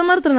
பிரதமர் திரு